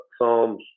Psalms